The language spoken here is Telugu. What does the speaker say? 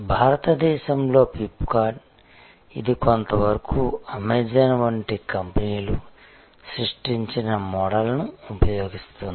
భారతదేశంలో ఫ్లిప్ కార్ట్ ఇది కొంతవరకు అమెజాన్ వంటి కంపెనీలు సృష్టించిన మోడల్ను ఉపయోగిస్తోంది